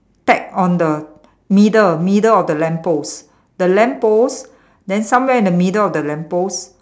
tag on the middle middle of the lamppost the lamppost then somewhere in the middle of the lamppost